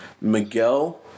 Miguel